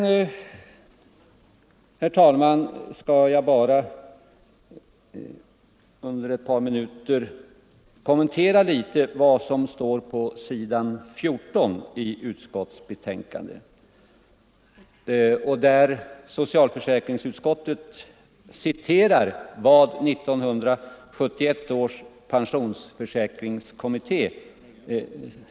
Vidare, herr talman, skall jag bara under ett par minuter något kommentera vad som står på s. 14 i utskottsbetänkandet, där socialförsäkringsutskottet refererar vad som uttalades av 1971 års pensionsförsäkringskommitté.